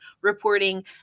reporting